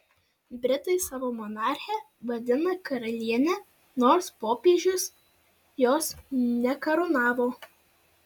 britai savo monarchę vadina karaliene nors popiežius jos nekarūnavo